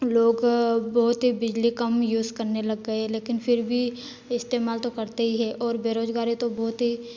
लोग बहुत ही बिजली कम यूज करने लग गए लेकिन फ़िर भी इस्तेमाल तो करते ही हैं और बेरोजगारी तो बहुत ही